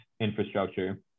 infrastructure